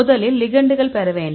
முதலில் லிகெண்டுகள் பெற வேண்டும்